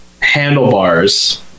handlebars